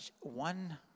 one